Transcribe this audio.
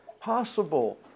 possible